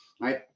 right